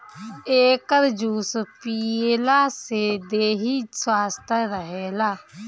एकर juice पियला से देहि स्वस्थ्य रहेला